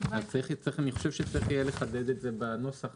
אני חושב שצריך יהיה לחדד את זה בנוסח.